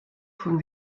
von